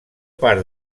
part